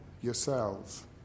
yourselves